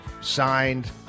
signed